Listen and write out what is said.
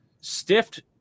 Stiffed